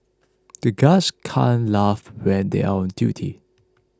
the guards can't laugh when they are on duty